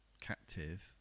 captive